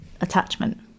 attachment